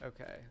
Okay